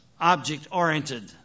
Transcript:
object-oriented